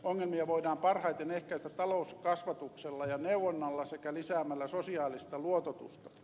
ongelmia voidaan parhaiten ehkäistä talouskasvatuksella ja neuvonnalla sekä lisäämällä sosiaalista luototusta